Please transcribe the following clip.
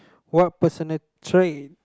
what personal trend